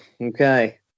Okay